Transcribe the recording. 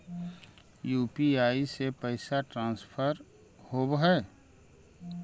UPI से पैसा transfer होवहै?